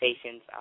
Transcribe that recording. stations